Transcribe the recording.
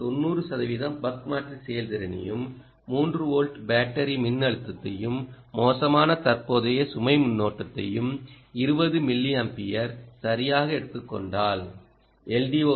நீங்கள் 90 சதவீத பக் மாற்றி செயல்திறனையும் 3 வோல்ட் பேட்டரி மின்னழுத்தத்தையும் மோசமான தற்போதைய சுமை மின்னோட்டத்தையும் 20 மில்லியம்பியர் சரியானதாக எடுத்துக் கொண்டால் எல்